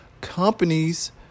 companies